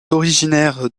originaire